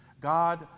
God